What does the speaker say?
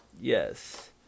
Yes